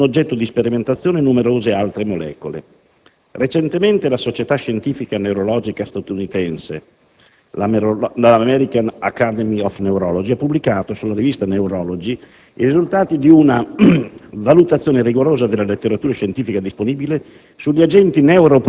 Attualmente sono oggetto di sperimentazione numerose altre molecole. Recentemente la Società scientifica neurologica statunitense, l'*American Academy of Neurology*, ha pubblicato sulla rivista «Neurology» i risultati di una valutazione rigorosa della letteratura scientifica disponibile